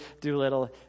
Doolittle